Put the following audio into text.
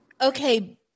Okay